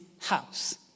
house